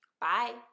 Bye